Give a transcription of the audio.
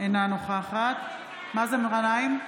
אינה נוכחת מאזן גנאים,